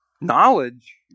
knowledge